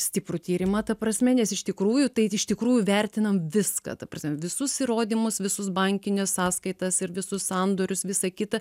stiprų tyrimą ta prasme nes iš tikrųjų tai iš tikrųjų vertinam viską ta prasme visus įrodymus visus bankines sąskaitas ir visus sandorius visa kita